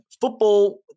football